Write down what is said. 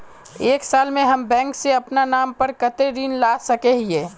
एक साल में हम बैंक से अपना नाम पर कते ऋण ला सके हिय?